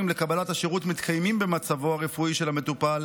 לקבלת השירות מתקיימים במצבו הרפואי של המטופל,